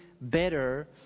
better